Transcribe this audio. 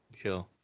Sure